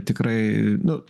tikrai nu